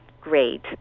great